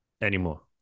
anymore